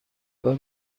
بار